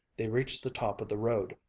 they reached the top of the road,